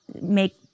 make